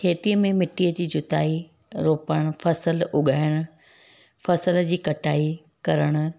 खेतीअ में मिट्टीअ जी जुताई रोपणु फसल उगाइणु फसल जी कटाई करणु